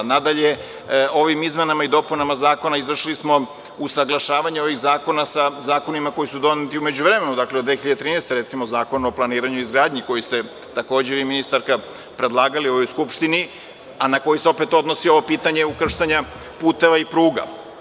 Nadalje, ovim izmenama i dopunama zakona izvršili smo usaglašavanje ovih zakona sa zakonima koji su doneti u međuvremenu, od 2013. recimo, Zakon o planiranju i izgradnji, koji ste, takođe vi, ministarka, predlagali ovoj Skupštini, a na koji se opet odnosi ovo pitanje ukrštanja puteva i pruga.